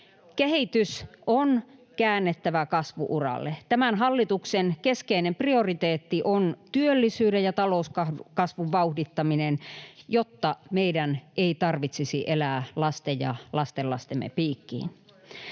Kehitys on käännettävä kasvu-uralle. Tämän hallituksen keskeinen prioriteetti on työllisyyden ja talouskasvun vauhdittaminen, jotta meidän ei tarvitsisi elää lasten ja lastenlastemme piikkiin.